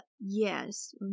yes